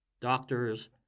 doctors